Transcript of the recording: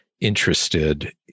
interested